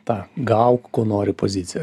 tą gauk ko nori poziciją